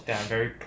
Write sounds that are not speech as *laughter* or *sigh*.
*noise*